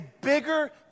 bigger